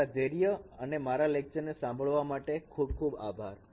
તમારા ધૈર્ય અને મારા લેક્ચર ને સાંભળવા માટે ખૂબ ખૂબ આભાર